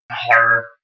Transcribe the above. horror